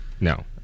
No